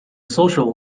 social